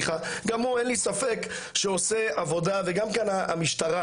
גם הוא אין לי ספק שעושה עבודה וגם המשטרה,